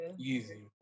Easy